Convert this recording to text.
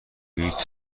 هیچ